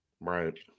Right